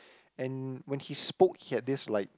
and when he spoke he had this like